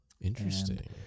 Interesting